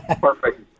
Perfect